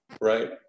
right